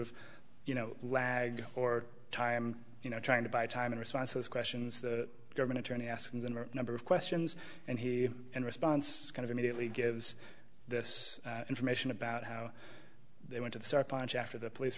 of you know lag or time you know trying to buy time in responses questions the government attorney asking them a number of questions and he in response kind of immediately gives this information about how they went to the sarpanch after the police